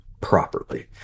properly